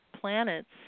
planets